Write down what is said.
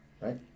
Right